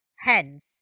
Hence